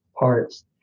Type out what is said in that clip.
parts